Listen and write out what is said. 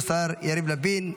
השר יריב לוין,